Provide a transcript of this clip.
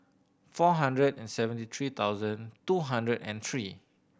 four hundred and seventy three thousand two hundred and three